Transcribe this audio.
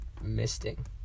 Misting